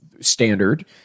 standard